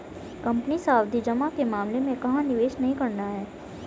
Company सावधि जमा के मामले में कहाँ निवेश नहीं करना है?